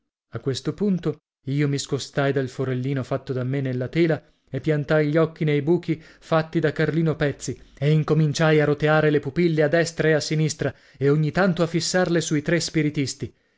a questo punto io mi scostai dal forellino fatto da me nella tela e piantai gli occhi nei buchi fatti da carlino pezzi e incominciai a roteare le pupille a destra e a sinistra e ogni tanto a fissarle sui tre spiritisti